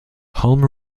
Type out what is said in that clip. hulme